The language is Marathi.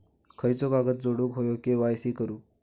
खयचो कागद जोडुक होयो के.वाय.सी करूक?